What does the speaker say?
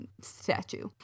Statue